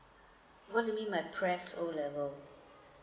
what do you mean by press O level